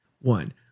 One